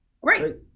great